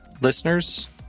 listeners